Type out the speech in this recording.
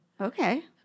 Okay